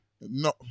No